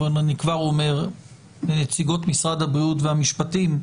אבל אני כבר אומר לנציגות משרד הבריאות והמשפטים,